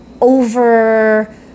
over